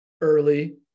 early